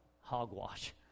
hogwash